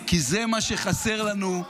כי זה מה שחסר לנו,